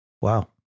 wow